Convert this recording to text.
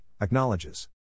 acknowledges